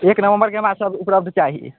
एक नवम्बरकेँ हमरा सब उपलब्ध चाही